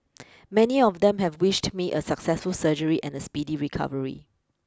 many of them have wished me a successful surgery and a speedy recovery